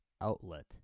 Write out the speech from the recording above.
outlet